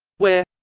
where